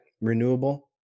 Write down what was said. renewable